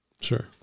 Sure